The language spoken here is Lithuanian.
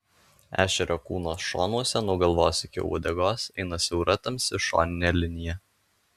ešerio kūno šonuose nuo galvos iki uodegos eina siaura tamsi šoninė linija